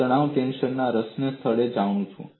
હું તણાવ ટેન્સરને રસના સ્થળે જાણું છું